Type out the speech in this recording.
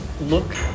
Look